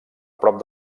prop